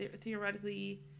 theoretically